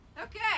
Okay